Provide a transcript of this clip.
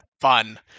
fun